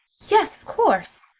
yes, of course,